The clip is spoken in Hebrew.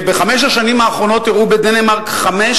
בחמש השנים האחרונות אירעו בדנמרק חמש